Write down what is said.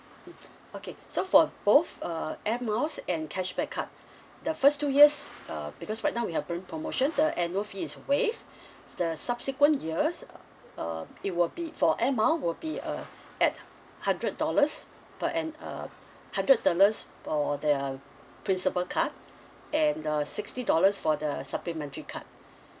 okay so for both uh air miles and cashback card the first two years uh because right now we are doing promotion the annual fees is waived the subsequent years uh it will be for air mile will be a at hundred dollars per an~ uh hundred dollars for the principal card and the sixty dollars for the supplementary card